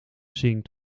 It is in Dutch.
zinkt